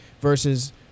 versus